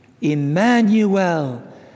Emmanuel